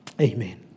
Amen